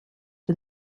for